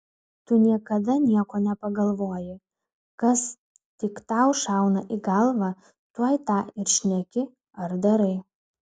tu niekada nieko nepagalvoji kas tik tau šauna į galvą tuoj tą ir šneki ar darai